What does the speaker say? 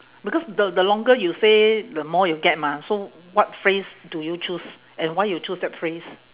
because the the longer you say the more you get mah so what phrase do you choose and why you choose that phrase